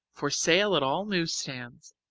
for sale at all news stands,